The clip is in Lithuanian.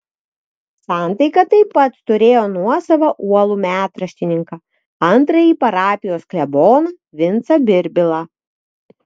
santaika taip pat turėjo nuosavą uolų metraštininką antrąjį parapijos kleboną vincą birbilą